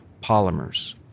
polymers